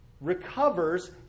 recovers